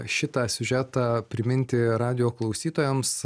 šitą siužetą priminti radijo klausytojams